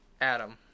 Adam